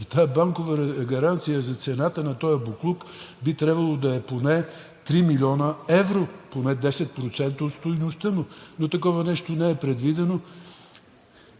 И тази банкова гаранция за цената на този боклук би трябвало да е поне 3 млн. евро, поне 10% от стойността, но такова нещо не е предвидено.